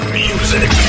music